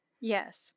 Yes